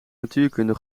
natuurkunde